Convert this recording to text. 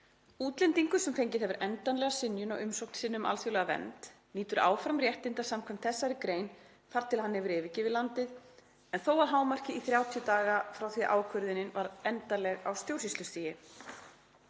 Útlendingur sem fengið hefur endanlega synjun á umsókn sinni um alþjóðlega vernd nýtur áfram réttinda samkvæmt þessari grein þar til hann hefur yfirgefið landið en þó að hámarki í 30 daga frá því að ákvörðunin varð endanleg á stjórnsýslustigi.